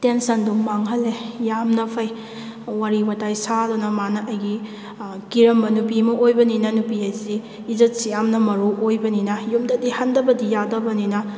ꯇꯦꯟꯁꯟꯗꯣ ꯃꯥꯡꯍꯟꯂꯦ ꯌꯥꯝꯅ ꯐꯩ ꯋꯥꯔꯤ ꯋꯥꯇꯥꯏ ꯋꯥꯗꯨꯅ ꯃꯥꯅ ꯑꯩꯒꯤ ꯑꯥ ꯀꯤꯔꯝꯕ ꯅꯨꯄꯤ ꯑꯃ ꯑꯣꯏꯕꯅꯤꯅ ꯅꯨꯄꯤ ꯍꯥꯏꯁꯤꯗꯤ ꯏꯖꯠꯁꯤ ꯌꯥꯝꯅ ꯃꯔꯨ ꯑꯣꯏꯕꯅꯤꯅ ꯌꯨꯝꯗꯗꯤ ꯍꯟꯗꯕꯗꯤ ꯌꯥꯔꯕꯅꯤꯅ